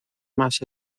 más